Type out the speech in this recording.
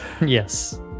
Yes